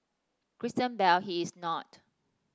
Christian Bale he is not